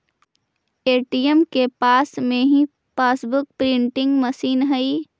ATM के पास में ही पासबुक प्रिंटिंग मशीन हई